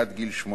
עד גיל 18,